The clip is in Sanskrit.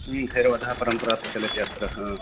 हुन् थेरवादापरम्परा प्रचलति अत्र